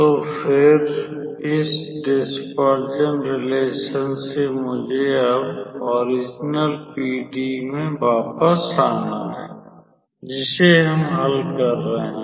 तो फिर इस डिसपरजन रिलेशन से मुझे अब ओरिजनल पीडीई में वापस आना है जिसे हम हल कर रहे हैं